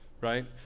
right